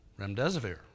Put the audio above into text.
remdesivir